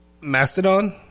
Mastodon